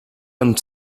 and